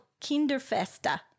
Kinderfesta